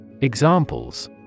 Examples